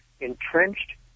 entrenched